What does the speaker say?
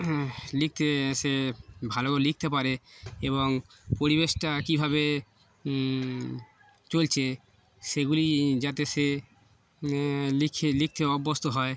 লিখতে সে ভালো লিখতে পারে এবং পরিবেশটা কীভাবে চলছে সেগুলি যাতে সে লিখে লিখতে অভ্যস্ত হয়